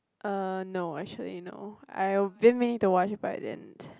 uh no actually no I been meaning to watch but I didn't